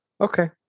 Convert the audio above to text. Okay